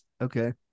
Okay